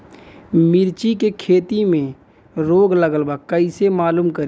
मिर्ची के खेती में रोग लगल बा कईसे मालूम करि?